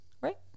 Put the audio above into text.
right